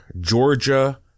Georgia